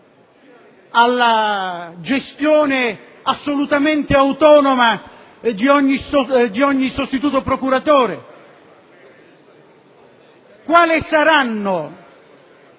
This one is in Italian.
Alla gestione assolutamente autonoma di ogni sostituto procuratore? Quali saranno